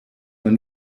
man